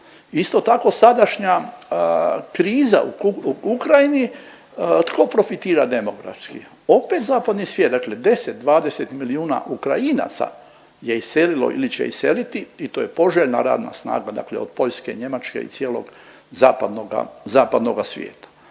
Isto tako sadašnja kriza u Ukrajini, tko profitira demokratski? Opet zapadni svijet, dakle 10-20 milijuna Ukrajinaca je iselilo ili će iseliti i to poželjna radna snaga dakle od Poljske, Njemačke i cijelog zapadnoga,